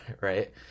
Right